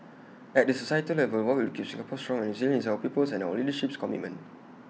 at the societal level what will keep Singapore strong and resilient is our people's and our leadership's commitment